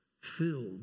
filled